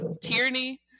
Tyranny